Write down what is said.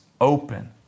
open